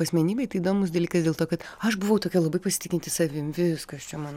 asmenybei tai įdomus dalykas dėl to kad aš buvau tokia labai pasitikinti savim viskas čia man